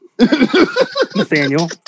Nathaniel